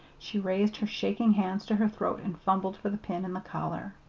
she raised her shaking hands to her throat and fumbled for the pin and the collar.